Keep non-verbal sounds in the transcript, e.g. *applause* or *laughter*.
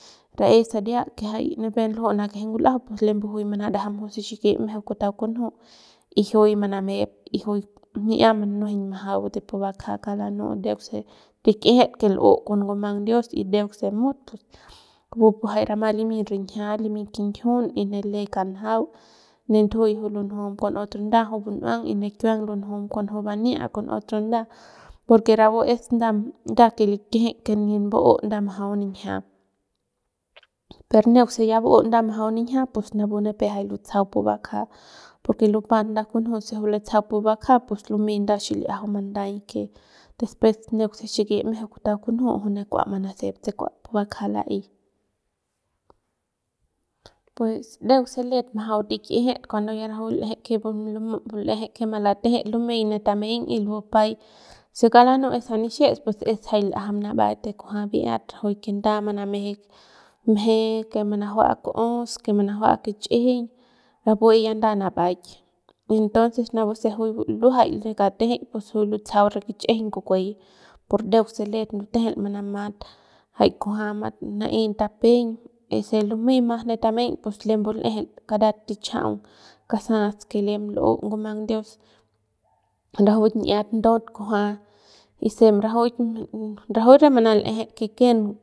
Rae saria que jay nin luju nakeje ngulajau pus lem juy manarajam juy se xiki mejeu kutau kunju y juy manamep y juy mi'ia manuejeiñ majau de pu bakja kauk lanu'u ndeuk se tik'ijit que lu'u con ngumang dios y deuk se mut pus kupu pu jay rama limy rinjia limy kinjiuny ne le kanjau ne ndujui jui lunjum con otro nda juy bun'uang y ne kiuang juy lunjum juy bania con otro nda porque rapu es nda nda que likijik y nip mbau ne majau ninjia *noise* per neuk se ba'u nda majau ninjia pus napu nipep jay lutsajau pu bakja porque lupat nda kunju se juy latsajau pu bakja pus lumey nda xil'iajau manday que después neuk se xiki mejeu kutau kunju juy ne kua manasep se kua pu bakja la'ey pues ndeuk se let majau tikjit ya rajuik l'eje que malatejeik lumey ne tameiñ y bupai se kauk lanu'u que juy nixiets pus es jay l'ajam nabaik de kujua mi'ia rajuik que nda manameje mje que manajua kuos que manajua kich'ijiñ rapu ya nda nabaik y entonces napu se nduajay ne katejeik pus juy lutsajau re kich'ijiñ kukuey por ndeuk se let ndutejel manamat jay kujua mana'ey tapeiñ y se lumey mas ne tameiñ lembu l'ejel karat tichajaung kasas que lem l'u ngumag dios *noise* rajuik n'iat ndaut kunja y se rajuik rakuik re manal'eje que ken.